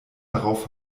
darauf